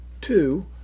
two